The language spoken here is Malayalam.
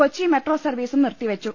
കൊച്ചി മെട്രോ സർവ്വീസും നിർത്തിവെച്ചു